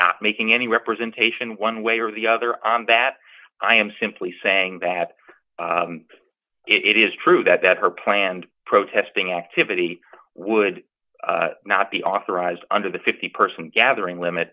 not making any representation one way or the other on that i am simply saying that it is true that her planned protesting activity would not be authorized under the fifty person gathering limit